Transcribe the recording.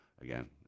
Again